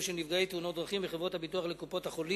של נפגעי תאונות דרכים וחברות הביטוח לקופות-החולים,